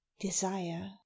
desire